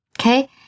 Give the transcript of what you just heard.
okay